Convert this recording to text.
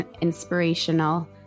inspirational